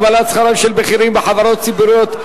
הגבלת שכרם של בכירים בחברות ציבוריות),